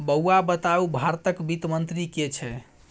बौआ बताउ भारतक वित्त मंत्री के छै?